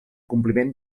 compliment